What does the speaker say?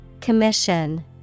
Commission